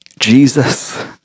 Jesus